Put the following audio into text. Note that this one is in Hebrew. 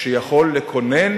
יכול לקונן